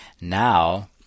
now